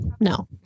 No